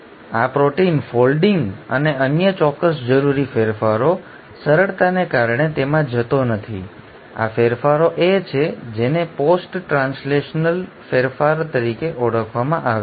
તેથી આ છે આ પ્રોટીન ફોલ્ડિંગ અને અન્ય ચોક્કસ જરૂરી ફેરફારો હું સરળતાને કારણે તેમાં જતો નથી આ ફેરફારો એ છે જેને પોસ્ટ ટ્રાન્સલેશનલ ફેરફારો તરીકે ઓળખવામાં આવે છે